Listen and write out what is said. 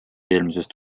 eelmisest